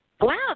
wow